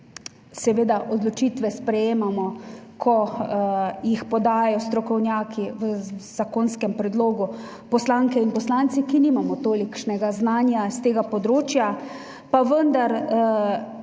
Seveda odločitve sprejemamo, ko jih podajo strokovnjaki, v zakonskem predlogu poslanke in poslanci, ki nimamo tolikšnega znanja s tega področja, pa vendar